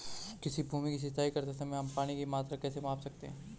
किसी भूमि की सिंचाई करते समय हम पानी की मात्रा कैसे माप सकते हैं?